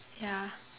ya